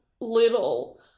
little